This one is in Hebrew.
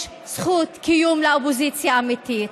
יש זכות קיום לאופוזיציה האמיתית.